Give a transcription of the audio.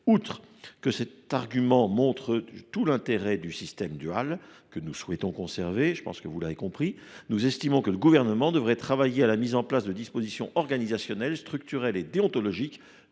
Outre que cet argument montre tout l’intérêt du système dual, que nous souhaitons conserver, nous estimons que le Gouvernement devrait travailler à la mise en place de dispositions organisationnelles, structurelles et déontologiques